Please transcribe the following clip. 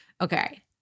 Okay